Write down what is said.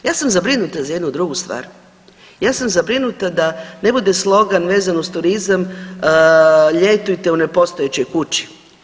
Ja sam zabrinuta za jednu drugu stvar, ja sam zabrinuta da ne bude slogan vezan uz turizam, ljetujte u nepostojećoj kući.